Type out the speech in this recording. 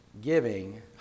giving